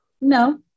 No